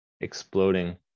exploding